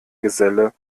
geselle